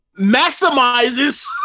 maximizes